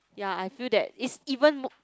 yea I feel that is even mo~